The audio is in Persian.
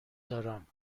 دارم